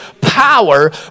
power